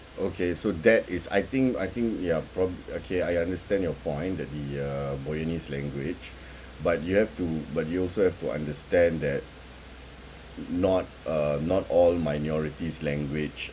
okay so that is I think I think ya prob~ okay I understand your point that the uh boyanese language but you have to but you also have to understand that not uh not all minorities language